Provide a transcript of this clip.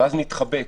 ואז נתחבק,